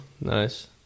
Nice